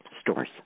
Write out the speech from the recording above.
stores